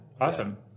Awesome